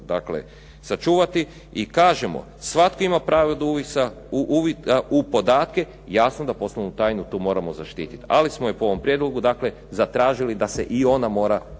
dakle sačuvati. I kažemo svatko ima pravo u uvid u podatke. Jasno da poslovnu tajnu tu moramo zaštiti, ali smo je po ovom prijedlogu dakle zatražili da se i ona mora upisati